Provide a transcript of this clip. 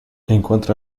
encontre